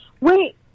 Wait